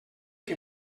que